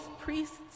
priests